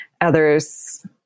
others